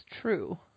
true